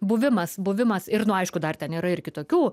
buvimas buvimas ir nu aišku dar ten yra ir kitokių